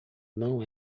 não